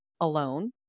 alone